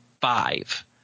five